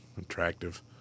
attractive